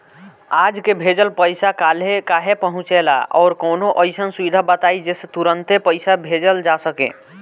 आज के भेजल पैसा कालहे काहे पहुचेला और कौनों अइसन सुविधा बताई जेसे तुरंते पैसा भेजल जा सके?